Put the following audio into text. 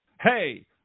Hey